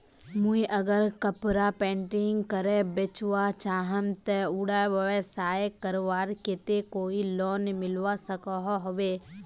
मुई अगर कपड़ा पेंटिंग करे बेचवा चाहम ते उडा व्यवसाय करवार केते कोई लोन मिलवा सकोहो होबे?